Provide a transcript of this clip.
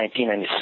1996